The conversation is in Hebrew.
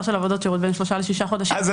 של עבודות שירות בין שלושה לשישה חודשים.